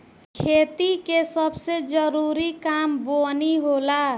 खेती के सबसे जरूरी काम बोअनी होला